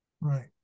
right